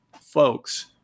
Folks